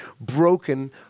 broken